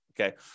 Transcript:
Okay